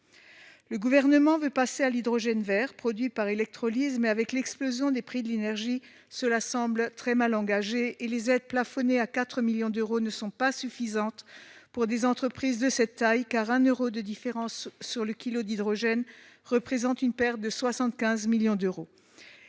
Le Gouvernement veut passer à l'hydrogène vert, produit par électrolyse. Toutefois, avec l'explosion des prix de l'énergie, cela semble très mal engagé. Les aides plafonnées à 4 millions d'euros ne sont pas suffisantes pour des entreprises de cette taille, car une différence de 1 euro sur le prix du kilogramme d'hydrogène représente une perte de 75 millions d'euros.